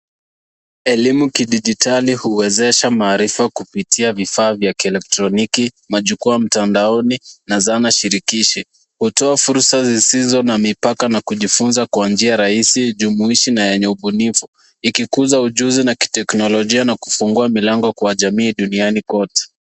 Elimu kidijitali huwezesha maarifa kupitia vifaa vya kielektroniki, majukwaa mtandaoni na zana shirikishi. Hutoa fursa zisizo na mipaka na kujifunza kwa njia rahisi jumuishi na yenye ubunifu. Ikikuza ujuzi na kiteknolojia na kufungua milango kwa jamii duniani kote.